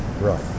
Right